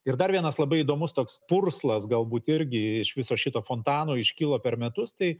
ir dar vienas labai įdomus toks purslas galbūt irgi iš viso šito fontano iškilo per metus tai